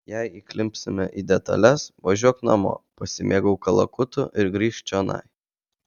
jei įklimpsime į detales važiuok namo pasimėgauk kalakutu ir grįžk čionai